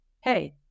hey